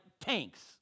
tanks